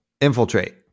infiltrate